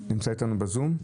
בזום.